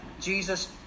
Jesus